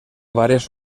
varias